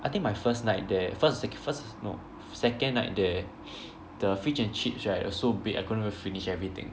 I think my first night there first like first no second night there the fish and chips right was so big I couldn't even finish everything